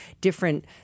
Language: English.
different